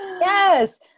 yes